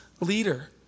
leader